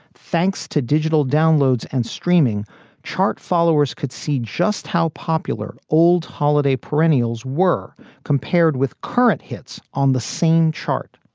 thanks to digital downloads and streaming chart, followers could see just how popular old holiday perennials were compared with current hits on the same chart.